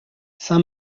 saint